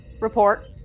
Report